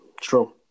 true